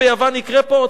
יקרה פה בעוד 15,